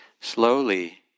Slowly